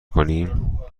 کنیم